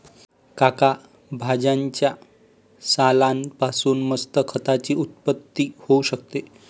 काका भाज्यांच्या सालान पासून मस्त खताची उत्पत्ती होऊ शकते